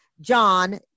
John